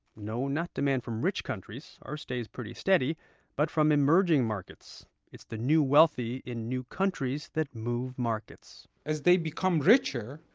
no, not demand from rich countries ours stays steady but from emerging markets. it's the new wealthy in new countries that move markets as they become richer,